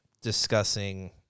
discussing